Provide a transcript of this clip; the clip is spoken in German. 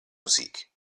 musik